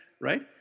right